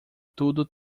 tudo